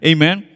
Amen